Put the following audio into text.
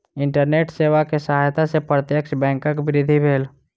internet सेवा के सहायता से प्रत्यक्ष बैंकक वृद्धि भेल